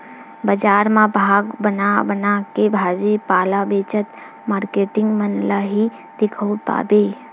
बजार म भाग बना बनाके भाजी पाला बेचत मारकेटिंग मन ल ही दिखउल पाबे